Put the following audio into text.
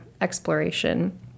exploration